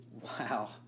Wow